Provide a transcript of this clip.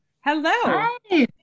Hello